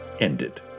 ended